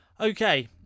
Okay